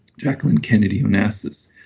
jacqueline kennedy onassis,